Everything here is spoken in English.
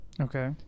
Okay